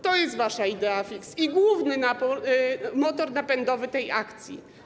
To jest wasza idée fixe i główny motor napędowy tej akcji.